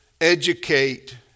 educate